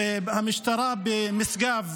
והמשטרה במשגב,